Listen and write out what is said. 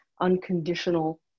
unconditional